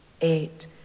eight